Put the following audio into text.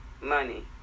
money